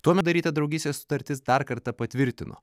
tuomet daryta draugystės sutartis dar kartą patvirtino